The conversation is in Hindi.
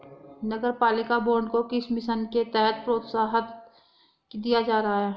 नगरपालिका बॉन्ड को किस मिशन के तहत प्रोत्साहन दिया जा रहा है?